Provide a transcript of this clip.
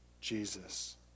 Jesus